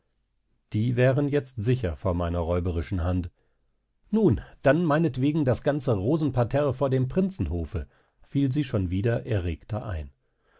die wären jetzt sicher vor meiner räuberischen hand nun dann meinetwegen das ganze rosenparterre vor dem prinzenhofe fiel sie schon wieder erregter ein